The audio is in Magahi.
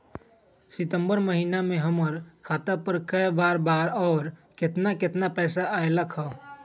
सितम्बर महीना में हमर खाता पर कय बार बार और केतना केतना पैसा अयलक ह?